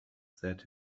said